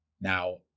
Now